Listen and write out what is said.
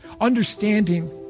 understanding